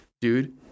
dude